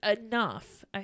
enough